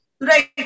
Right